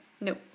No